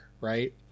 right